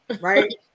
Right